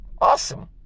Awesome